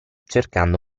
cercando